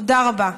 תודה רבה.